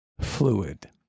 fluid